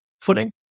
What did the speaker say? footing